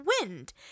wind